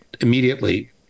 immediately